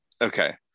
Okay